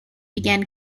began